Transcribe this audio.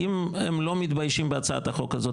אם הם לא מתביישים בהצעת החוק הזאת,